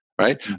right